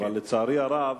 אבל לצערי הרב